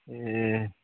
ए